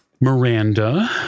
Miranda